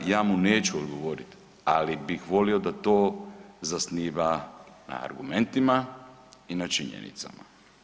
Ja mu neću odgovoriti, ali bih volio da to zasniva na argumentima i na činjenicama.